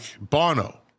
Bono